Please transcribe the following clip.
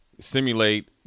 simulate